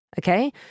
Okay